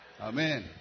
Amen